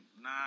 nah